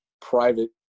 private